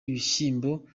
ibishyimbo